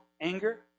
anger